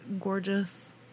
gorgeous